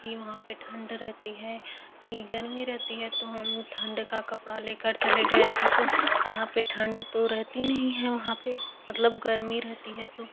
कि वहाँ पे ठंड रहती है कि गर्मी रहती है तो हम ठंड का कपड़ा लेकर चले गए थे तो वहाँ पे ठंड तो रहती नहीं है वहाँ पे मतलब गर्मी रहती है तो